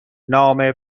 نام